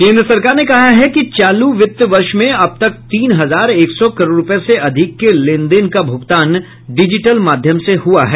केन्द्र सरकार ने कहा है कि चालू वित्त वर्ष में अब तक तीन हजार एक सौ करोड़ रुपये से अधिक के लेन देन का भुगतान डिजिटल माध्यम से हुआ है